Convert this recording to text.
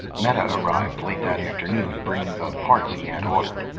meta arrived late that afternoon, bringing the parts he had ordered.